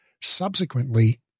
subsequently